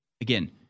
again